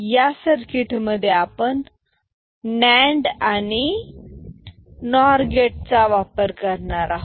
या सर्किटमध्ये NAND आणि NOR गेटचा वापर आहे